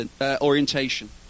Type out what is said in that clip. orientation